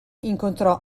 incontrò